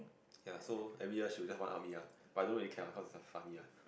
ya so every year she will just one up me lah but I don't really care lah cause its her lah